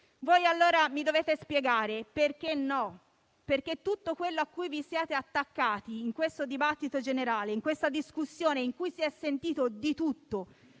bello. Mi dovete spiegare perché no, perché tutto quello a cui vi siete attaccati in questo dibattito, in questa discussione in cui si è sentito di tutto